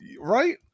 right